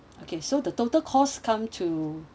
okay so the total cost come to